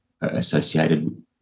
associated